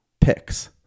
picks